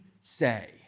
say